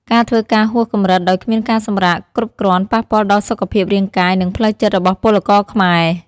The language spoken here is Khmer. ការធ្វើការហួសកម្រិតដោយគ្មានការសម្រាកគ្រប់គ្រាន់ប៉ះពាល់ដល់សុខភាពរាងកាយ និងផ្លូវចិត្តរបស់ពលករខ្មែរ។